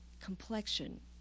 complexion